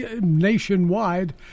nationwide